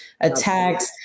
attacks